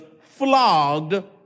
flogged